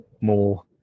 more